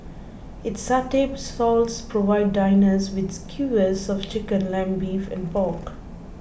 its satay stalls provide diners with skewers of chicken lamb beef and pork